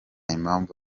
impamvu